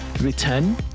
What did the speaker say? return